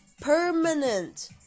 permanent